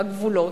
בגבולות,